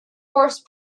horse